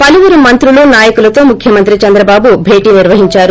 పలువురు మంత్రులు నాయకులుతో ముఖ్యమంత్రి చంద్రబాబు భేటీ నిర్వహించారు